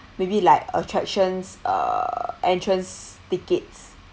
maybe like attractions uh entrance tickets